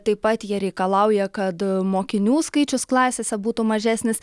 taip pat jie reikalauja kad mokinių skaičius klasėse būtų mažesnis